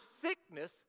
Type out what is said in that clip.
sickness